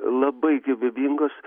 labai gyvybingos